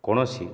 କୌଣସି